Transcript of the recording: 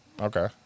okay